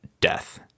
death